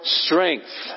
strength